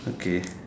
okay